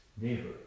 neighbor